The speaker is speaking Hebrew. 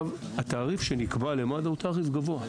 התעריף שנקבע למד"א הוא תעריף גבוה מאוד.